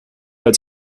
als